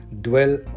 dwell